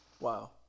Wow